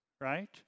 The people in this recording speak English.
right